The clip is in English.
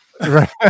Right